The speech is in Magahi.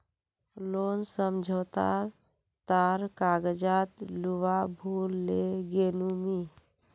लोन समझोता तार कागजात लूवा भूल ले गेनु मि